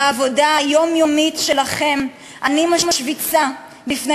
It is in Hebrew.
בעבודה היומיומית שלכם אני משוויצה בפני